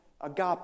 agape